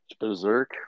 berserk